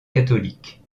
catholique